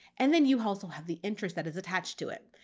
and then you also have the interest that is attached to it.